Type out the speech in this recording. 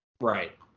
Right